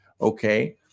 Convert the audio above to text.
Okay